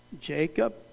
Jacob